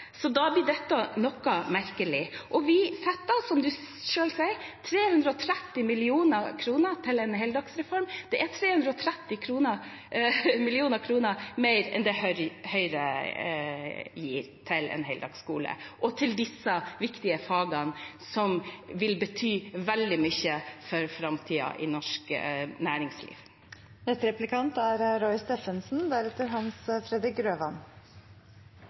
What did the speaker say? Så da blir dette litt merkelig. Vi setter av, som representanten selv sier, 330 mill. kr til en heldagsskolereform. Det er 330 mill. kr mer enn det Høyre gir til en heldagsskole og til disse viktige fagene, som vil bety veldig mye for framtiden til norsk